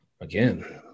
again